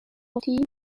گفتی